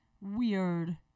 weird